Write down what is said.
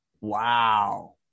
Wow